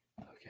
Okay